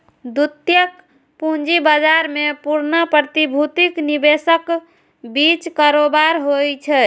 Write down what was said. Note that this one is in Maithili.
द्वितीयक पूंजी बाजार मे पुरना प्रतिभूतिक निवेशकक बीच कारोबार होइ छै